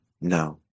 no